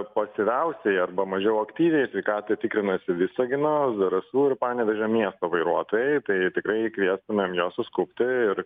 pasyviausiai arba mažiau aktyviai sveikatą tikrinasi visagino zarasų ir panevėžio miesto vairuotojai tai tikrai kviestumėm juos suskubti ir